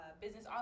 business